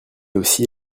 aussi